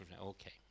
okay